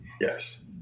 Yes